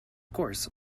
course